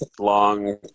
long